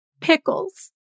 Pickles